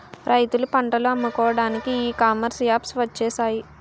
రైతులు పంటలు అమ్ముకోవడానికి ఈ కామర్స్ యాప్స్ వచ్చేసాయి